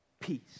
Peace